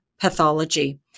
pathology